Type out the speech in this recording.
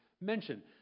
mention